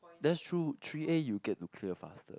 that's true three_A you get to clear faster